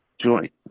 joint